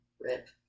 Rip